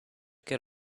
get